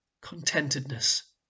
contentedness